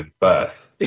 birth